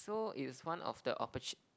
so it's one of the opport~